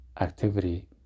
activity